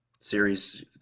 Series